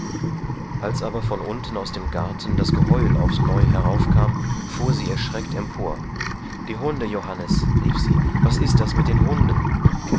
als aber von unten aus dem garten das geheul aufs neu heraufkam fuhr sie erschreckt empor die hunde johannes rief sie was ist das mit den hunden